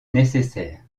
nécessaires